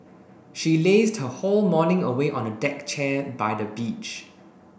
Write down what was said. she lazed her whole morning away on a deck chair by the beach